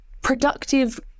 productive